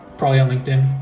probably on linkedin.